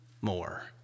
more